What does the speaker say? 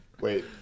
Wait